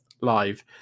live